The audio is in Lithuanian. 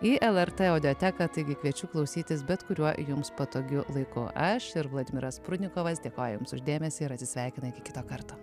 į lrt audioteką taigi kviečiu klausytis bet kuriuo jums patogiu laiku aš ir vladimiras prudnikovas dėkoja jums už dėmesį ir atsisveikina iki kito karto